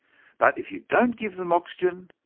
but if you don't give them oxygen,